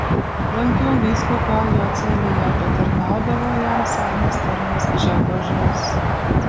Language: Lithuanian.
lankiau vyskupą jo celėje patarnaudavo jam senas tarnas gžegožas